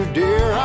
dear